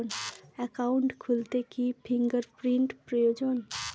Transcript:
Account খুলতে কি finger print প্রয়োজন?